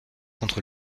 contre